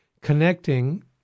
connecting